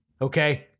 okay